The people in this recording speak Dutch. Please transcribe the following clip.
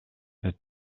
het